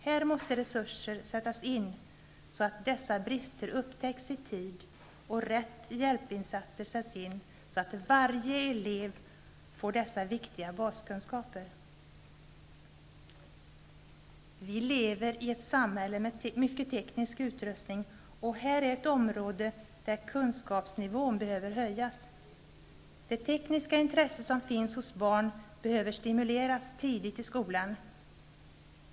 Här måste resurser sättas in så att dessa brister upptäcks i tid och rätt hjälpinsats sätts in, så att varje elev får dessa viktiga baskunskaper. Vi lever i ett samhälle med mycket teknisk utrustning, och här är ett område där kunskapsnivån behöver höjas. Det tekniska intresse som finns hos barn behöver stimuleras tidigt i skolan.